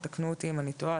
ותקנו אותי אם אני טועה.